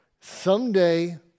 someday